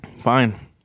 Fine